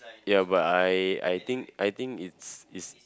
ya but I I think I think it's is